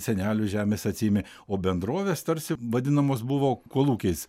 senelių žemes atsiėmė o bendrovės tarsi vadinamos buvo kolūkiais